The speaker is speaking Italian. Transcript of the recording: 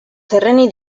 terreni